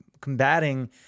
combating